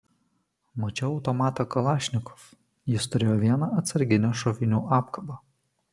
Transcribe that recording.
mačiau automatą kalašnikov jis turėjo vieną atsarginę šovinių apkabą